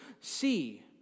see